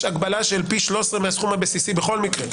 יש הגבלה של פי 13 מהסכום הבסיסי בכל מקרה.